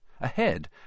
Ahead